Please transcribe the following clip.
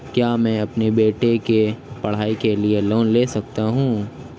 क्या मैं अपने बेटे की पढ़ाई के लिए लोंन ले सकता हूं?